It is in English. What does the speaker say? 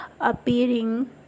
appearing